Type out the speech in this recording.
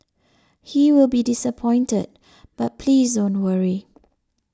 he will be disappointed but please don't worry